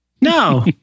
No